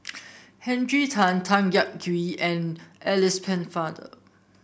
Tan Tan Yak Whee and Alice Pennefather